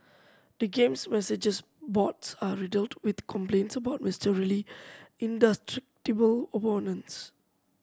the game's messages boards are riddled with complaints about mysteriously indestructible opponents